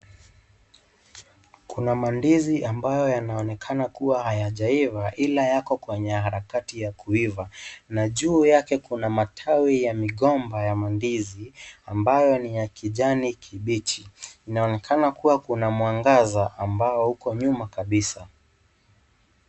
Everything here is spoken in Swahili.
Kuna mandizi ambayo yanaonekana kuwa hayajaiva ila yako kwenye harakati ya kuiva na juu yake kuna matawi ya migomba ya mandizi ambayo ni ya kijani kibichi, inaonekana kuwa kuna mwangaza ambao uko nyuma kabisa.